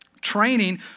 Training